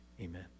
Amen